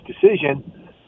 decision